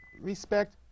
respect